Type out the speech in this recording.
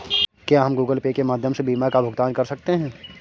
क्या हम Google Pay के माध्यम से बीमा का भुगतान कर सकते हैं?